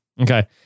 Okay